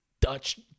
Dutch